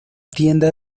tienda